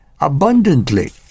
abundantly